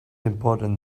important